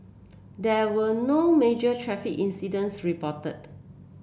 there were no major traffic incidents reported